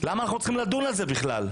למה אנחנו צריכים לדון על זה בכלל?